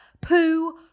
poo